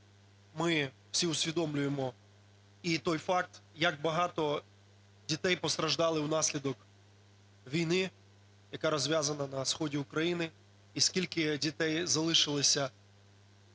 ми всі усвідомлюємо і той факт, як багато дітей постраждало в наслідок війни, яка розв'язана на соді України, і скільки дітей залишилися